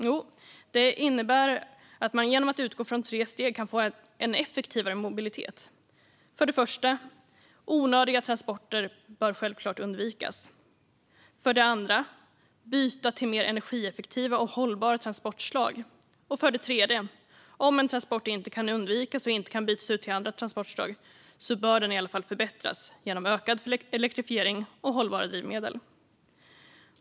Jo, det innebär att man genom att utgå från tre steg kan få en effektivare mobilitet. För det första: Onödiga transporter bör självklart undvikas. För det andra: Byta till mer energieffektiva och hållbara transportslag. För det tredje: Om en transport inte kan undvikas och inte kan bytas ut till andra transportslag bör den i alla fall förbättras genom ökad elektrifiering och hållbara drivmedel.